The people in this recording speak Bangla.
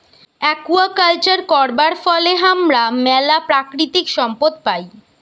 আকুয়াকালচার করবার ফলে হামরা ম্যালা প্রাকৃতিক সম্পদ পাই